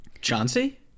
Chauncey